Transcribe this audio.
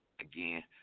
again